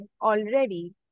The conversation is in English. already